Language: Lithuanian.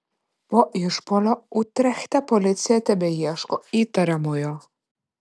po išpuolio utrechte policija tebeieško įtariamojo